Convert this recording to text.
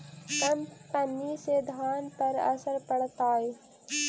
कम पनी से धान पर का असर पड़तायी?